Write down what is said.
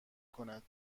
کند